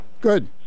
Good